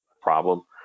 problem